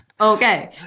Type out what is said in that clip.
Okay